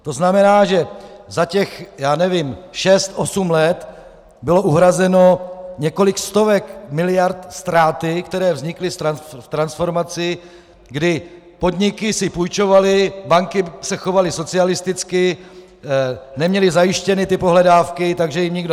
To znamená, že za těch, já nevím, šest osm let bylo uhrazeno několik stovek miliard ztráty, které vznikly v transformaci, kdy podniky si půjčovaly, banky se chovaly socialisticky, neměly zajištěny pohledávky, takže jim nikdo nesplácel.